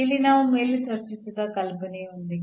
ಇಲ್ಲಿ ನಾವು ಮೇಲೆ ಚರ್ಚಿಸಿದ ಕಲ್ಪನೆಯೊಂದಿಗೆ